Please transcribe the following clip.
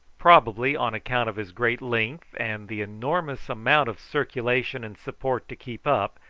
probably on account of his great length, and the enormous amount of circulation and support to keep up,